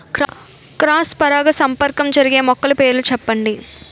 Cross పరాగసంపర్కం జరిగే మొక్కల పేర్లు చెప్పండి?